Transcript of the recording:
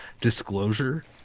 disclosure